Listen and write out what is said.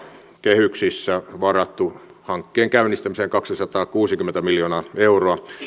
kehyksissä varattu hankkeen käynnistämiseen kaksisataakuusikymmentä miljoonaa euroa